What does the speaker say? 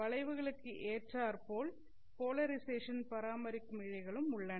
வளைவுகளுக்கு ஏற்றார் போல் போலரைசேஷன் பராமரிக்கும் இழைகளும் உள்ளன